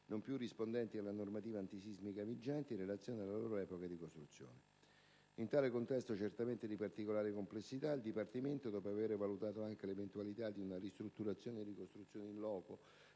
non più rispondenti alla normativa antisismica vigente in relazione alla loro epoca di costruzione. In tale contesto, certamente di particolare complessità, il Dipartimento, dopo aver valutato anche l'eventualità di una ristrutturazione e ricostruzione *in loco*